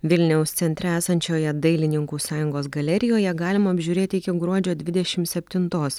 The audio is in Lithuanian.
vilniaus centre esančioje dailininkų sąjungos galerijoje galima apžiūrėti iki gruodžio dvidešim septintos